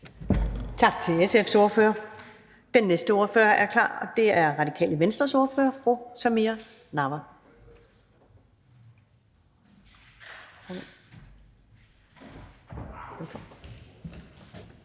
Tak til SF's ordfører. Den næste ordfører er klar, og det er Radikale Venstres ordfører, fru Samira Nawa.